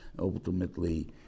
Ultimately